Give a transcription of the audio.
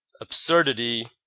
Absurdity